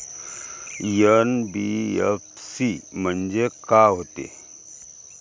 NBFC म्हणजे का होते?